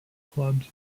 clubs